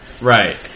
Right